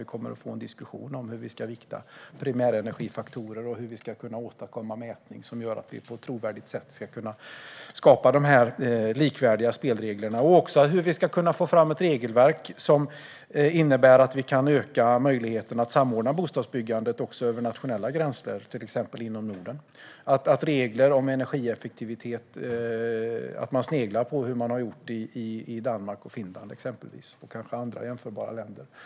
Vi kommer att få en diskussion om hur vi ska vikta primärenergifaktorer och hur vi ska kunna åstadkomma mätning som gör att vi på ett trovärdigt sätt ska kunna skapa de här likvärdiga spelreglerna. Diskussionen kommer även att gälla hur vi ska kunna få fram ett regelverk som innebär att vi kan öka möjligheterna att samordna bostadsbyggandet även över nationella gränser, till exempel inom Norden. Vad gäller regler om energieffektivitet kan man snegla på hur till exempel Danmark, Finland och andra jämförbara länder har gjort.